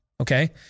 Okay